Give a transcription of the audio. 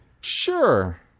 Sure